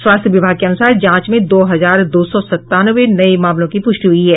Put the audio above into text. स्वास्थ्य विभाग के अनुसार जांच में दो हजार दो सौ संतानवे नये मामलों की पुष्टि हुई है